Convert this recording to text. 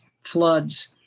floods